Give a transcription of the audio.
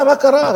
מה קרה?